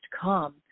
come